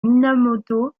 minamoto